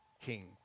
king